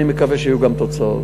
ואני מקווה שיהיו גם תוצאות.